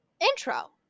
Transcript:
intro